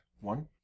One